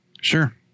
Sure